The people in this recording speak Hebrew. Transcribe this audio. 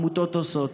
מה שהעמותות עושות.